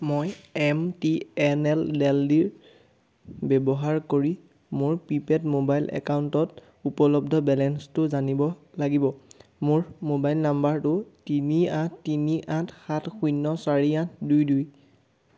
মই M T N L দেল্লীৰ ব্যৱহাৰ কৰি মোৰ প্ৰিপেইড মোবাইল একাউণ্টত উপলব্ধ বেলেন্সটো জানিব লাগিব মোৰ মোবাইল নাম্বাৰটো তিনি আঠ তিনি আঠ সাত শূন্য চাৰি আঠ দুই দুই